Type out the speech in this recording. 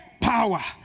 Power